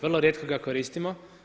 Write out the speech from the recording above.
Vrlo rijetko ga koristimo.